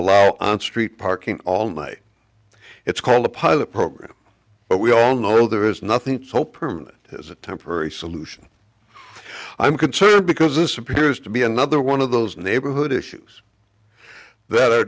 allow on street parking all night it's called a pilot program but we all know there is nothing so permanent as a temporary solution i'm concerned because this appears to be another one of those neighborhood issues that are